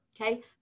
okay